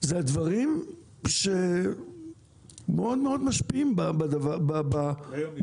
אלה הדברים שמאוד מאוד משפיעים ביום-יום.